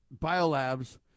biolabs